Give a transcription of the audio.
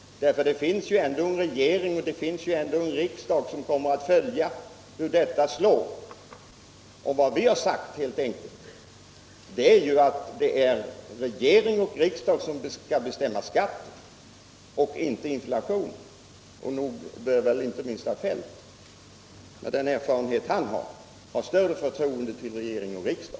Det finns ju en regering och en riksdag som kommer att följa hur denna slår. Vad vi har sagt är helt enkelt att det är regering och riksdag och inte inflationen som skall bestämma skatten. Nog borde också herr Feldt, med den erfarenhet han har, ha större förtroende för regering och riksdag.